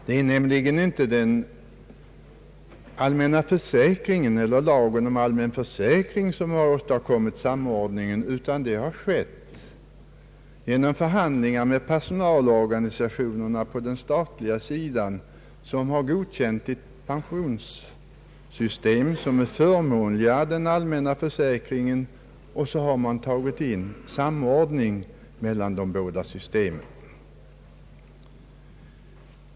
Det är nämligen inte den allmänna försäkringen eller lagen om sådan försäkring som åstadkommit samordningen, utan detta har skett genom förhandlingar med personalorganisationerna på den statliga sidan, varigenom ett pensionssystem godkänts som är förmånligare än den allmänna försäkringen. Därpå har man infört samordning mellan de båda systemen.